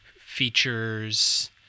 features